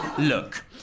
Look